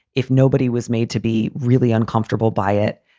if nobody was made to be really uncomfortable by it,